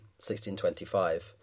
1625